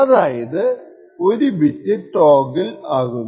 അതായത് ഒരു bit toggle ആകുന്നു